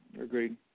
Agreed